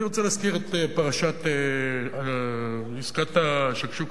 אני רוצה להזכיר את עסקת השקשוקה,